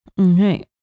Okay